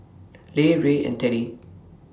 Lex Ray and Teddy